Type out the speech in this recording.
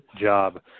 job